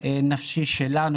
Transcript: נפשי שלנו,